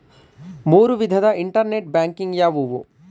ಮೂರು ವಿಧದ internet banking ಯಾವುವು?